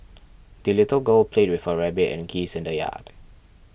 the little girl played with her rabbit and geese in the yard